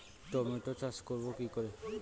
Tomato চাষ করব কি করে?